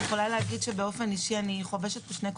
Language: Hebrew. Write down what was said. אני יכולה לומר שבאופן אישי אני חובשת כאן שני כובעים.